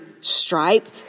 stripe